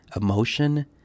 emotion